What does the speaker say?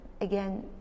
again